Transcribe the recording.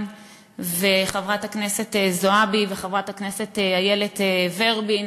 וחברת הכנסת זועבי וחברת הכנסת איילת ורבין,